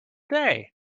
day